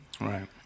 Right